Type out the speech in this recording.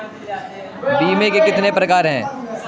बीमे के कितने प्रकार हैं?